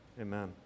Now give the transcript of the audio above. Amen